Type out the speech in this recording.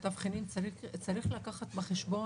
רשויות שהפסידו יותר ויש רשויות שהפסידו פחות.